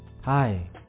Hi